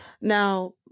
now